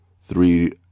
three